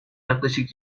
yaklaşık